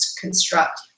construct